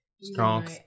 Strong